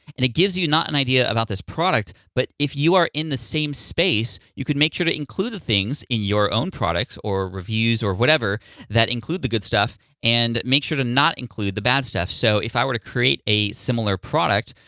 and it gives you not an idea about this product, but if you are in the same space, you could make sure to include the things in your own products or reviews or whatever that include the good stuff and make sure to not include the bad stuff. so if i were to create a similar product,